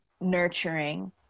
nurturing